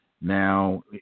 now